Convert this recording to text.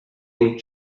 ink